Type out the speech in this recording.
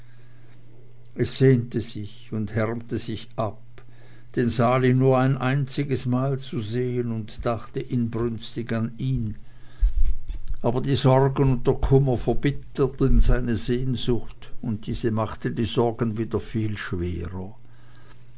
es sehnte sich und härmte sich ab den sali nur ein einziges mal zu sehen und dachte inbrünstig an ihn aber die sorgen und der kummer verbitterten seine sehnsucht und diese machte die sorgen wieder viel schwerer